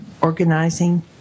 organizing